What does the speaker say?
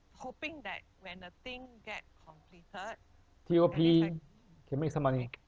T_O_P can make some money